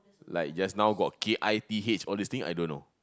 like just now got K I T H all these thing I don't know